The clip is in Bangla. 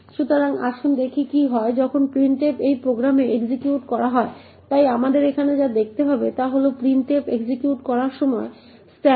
সুতরাং আসুন দেখি কি হয় যখন printf এই প্রোগ্রামে এক্সিকিউট করা হয় তাই আমাদের এখানে যা দেখতে হবে তা হল printf এক্সিকিউট করার সময় স্ট্যাক